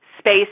space